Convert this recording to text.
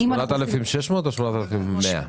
(היו"ר אלכס קושניר) זה 8,600 שקל או 8,100 שקל?